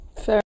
Fair